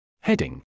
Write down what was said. Heading